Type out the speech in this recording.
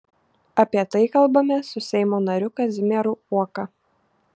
apie tai kalbamės su seimo nariu kazimieru uoka